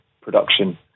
production